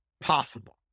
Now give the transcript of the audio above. possible